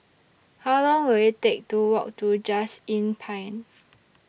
How Long Will IT Take to Walk to Just Inn Pine